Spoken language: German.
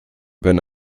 wenn